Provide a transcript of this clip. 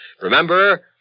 Remember